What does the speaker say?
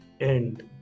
end